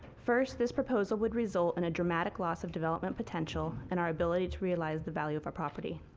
first this proposal would result in a dramatic loss of development potential and our ability to realize the value of our property.